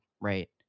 right